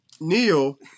Neil